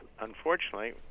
unfortunately